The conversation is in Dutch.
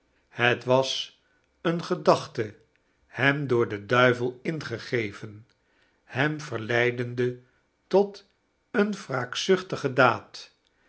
het was eerie gedachjte hem door den dnivel ingegeven hem verleideiicte tot eerie wraakzuchtige daad